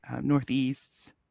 Northeast